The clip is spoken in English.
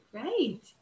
Great